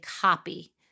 copy